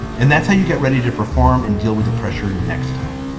and that's how you get ready to perform and deal with the pressure. next time